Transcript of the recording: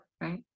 Right